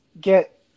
get